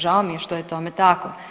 Žao mi je što je tome tako.